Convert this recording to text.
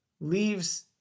leaves